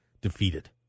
defeated